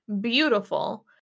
beautiful